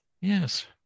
Yes